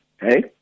hey